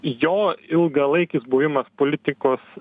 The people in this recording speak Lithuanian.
jo ilgalaikis buvimas politikos